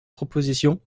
propositions